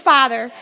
Father